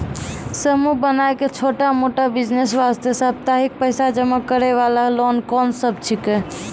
समूह बनाय के छोटा मोटा बिज़नेस वास्ते साप्ताहिक पैसा जमा करे वाला लोन कोंन सब छीके?